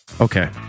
Okay